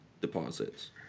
deposits